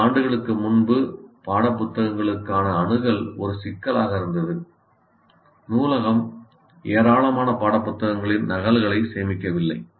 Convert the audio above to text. சில ஆண்டுகளுக்கு முன்பு பாடப்புத்தகங்களுக்கான அணுகல் ஒரு சிக்கலாக இருந்தது நூலகம் ஏராளமான பாடப்புத்தகங்களின் நகல்களை சேமிக்கவில்லை